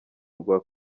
rwa